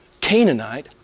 Canaanite